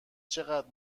چقدر